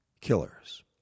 killers